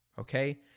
Okay